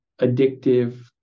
addictive